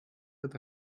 nicht